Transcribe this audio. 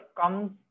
comes